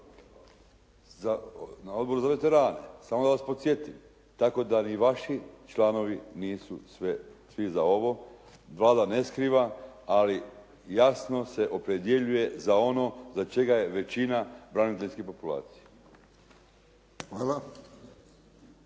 Na Odboru za veterane, samo da vas podsjetim, tako da ni vaši članovi nisu svi za ovo. Vlada ne skriva, ali jasno se opredjeljuje za ono za čega je većina braniteljskih populacija.